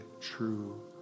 true